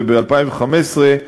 וב-2015,